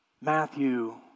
Matthew